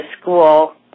school